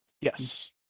Yes